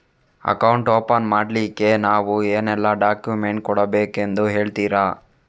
Account open ಮಾಡ್ಲಿಕ್ಕೆ ನಾವು ಏನೆಲ್ಲ ಡಾಕ್ಯುಮೆಂಟ್ ಕೊಡಬೇಕೆಂದು ಹೇಳ್ತಿರಾ?